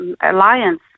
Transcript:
alliance